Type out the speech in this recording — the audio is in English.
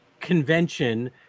convention